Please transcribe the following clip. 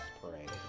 parade